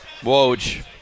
Woj